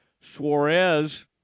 Suarez